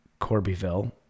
Corbyville